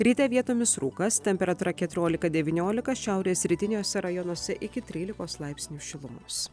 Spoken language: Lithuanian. ryte vietomis rūkas temperatūra keturiolika devyniolika šiaurės rytiniuose rajonuose iki trylikos laipsnių šilumos